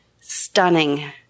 Stunning